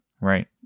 Right